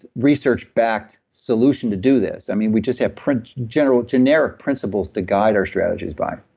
research backed solution to do this. i mean we just have print general generic principles to guide our strategies by